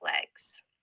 legs